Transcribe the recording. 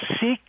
seek